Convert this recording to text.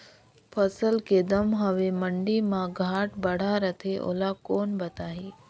फसल के दम हवे मंडी मा घाट बढ़ा रथे ओला कोन बताही?